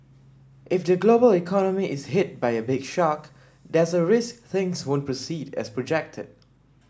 if the global economy is hit by a big shock there's a risk things won't proceed as projected